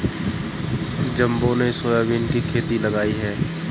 जम्बो ने सोयाबीन की खेती लगाई है